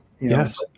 Yes